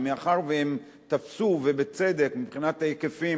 ומאחר שהם תפסו ובצדק מבחינת ההיקפים,